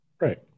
Right